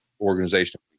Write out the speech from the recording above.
organization